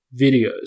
videos